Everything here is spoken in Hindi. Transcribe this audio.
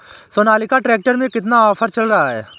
सोनालिका ट्रैक्टर में कितना ऑफर चल रहा है?